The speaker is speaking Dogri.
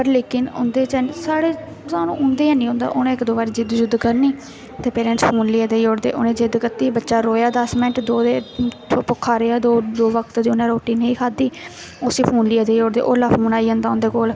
पर लेकिन उं'दे च है नी साढ़े सानूं उं'दे च हैन्नी होंदा उ'नें इक दो बारी जिद्द जुद्द करनी ते पेरैंट्स फोन लेइयै देई ओड़दे उ'नें जिद्द कीती बच्चा रोएआ दस मैंट दो दे भुक्खा रेहा दो दो बक्त दी उ'न्नै रुट्टी नेईं खाद्धी उस्सी फोन लेइयै देई ओड़दे ओल्लै फोन आई जंदा उं'दे कोल